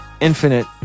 infinite